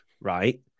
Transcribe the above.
right